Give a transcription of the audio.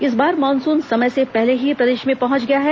इस बार मानसून समय से पहले ही प्रदेश में पहुंच गया है